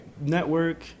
network